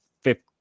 fifth